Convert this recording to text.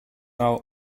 our